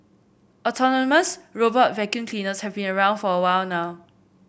autonomous robotic vacuum cleaners have been around for a while now